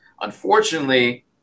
Unfortunately